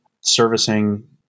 servicing